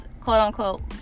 quote-unquote